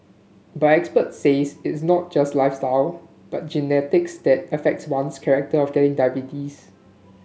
but experts says it is not just lifestyle but genetics that affects one's character of getting diabetes